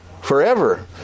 forever